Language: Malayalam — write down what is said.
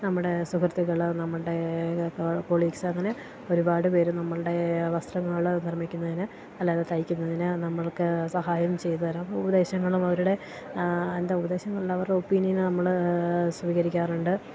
നമ്മുടെ സുഹൃത്തകൾ നമ്മളുടെ കോളീക്സ് അങ്ങനെ ഒരുപാട് പേർ നമ്മളുടെ വസ്ത്രങ്ങൾ നിർമ്മിക്കുന്നതിന് അല്ലാതെ തയ്ക്കുന്നതിന് നമ്മൾക്ക് സഹായം ചെയ്തുതരാം ഉപദേശങ്ങളും അവരുടെ എന്താ ഉപദേശങ്ങൾ അല്ല അവരുടെ ഒപ്പീനിയന് നമ്മൾ സ്വീകരിക്കാറുണ്ട്